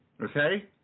Okay